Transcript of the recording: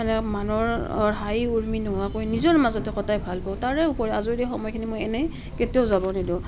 মানে মানুহৰ হাই উৰুমি নোহোৱাকৈ নিজৰ মাজতে কটাই ভাল পাওঁ তাৰে ওপৰত আজৰি সময়খিনি মই এনেই কেতিয়াও যাব নিদিওঁ